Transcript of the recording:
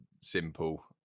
simple